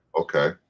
Okay